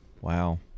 Wow